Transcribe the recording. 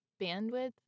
bandwidth